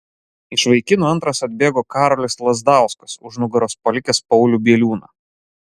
iš vaikinų antras atbėgo karolis lazdauskas už nugaros palikęs paulių bieliūną